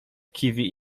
kiwi